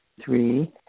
three